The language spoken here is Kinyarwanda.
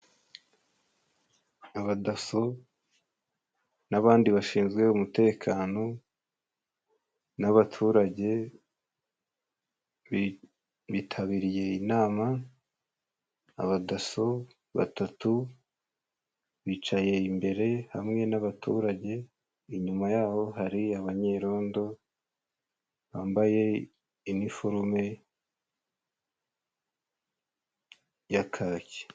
Abadaso n'abandi bashinzwe umutekano, n'abaturage bitabiriye inama. Abadaso batatu bicaye imbere hamwe n'abaturage ,inyuma yaho hari abanyerondo bambaye iniforume ya kaki.